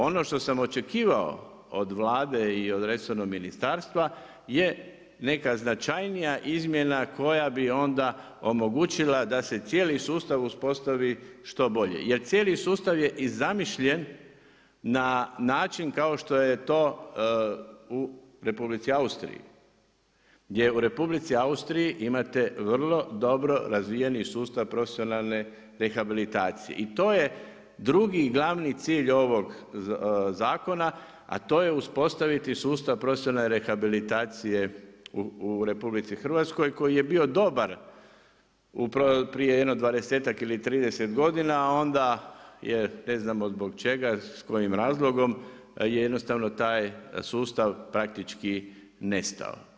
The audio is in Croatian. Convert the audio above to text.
Ono što sam očekivao od Vlade i od resornog ministarstva je neka značajnija izmjena koja bi onda omogućila da se cijeli sustav uspostavi što bolje jer cijeli sustav je zamišljen na način kao što je to u Republici Austriji, gdje u Republici Austriji imate vrlo dobro razvijeni sustav profesionalne rehabilitacije i to je drugi glavni cilj ovog zakona, a to je uspostaviti sustav profesionalne rehabilitacije u RH koji je bio dobar prije jedno 20 ili 30 godina a onda je ne znamo zbog čega, s kojim razlogom, jednostavno taj sustav praktički nestao.